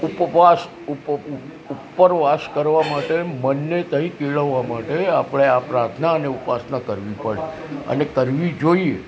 ઉપવાસ કરવા માટે મનને કંઈ કેળવવા માટે આપળે આ પ્રાર્થના અને ઉપાસના કરવી પડે અને કરવી જોઈએ